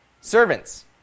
Servants